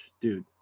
dude